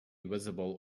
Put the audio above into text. visible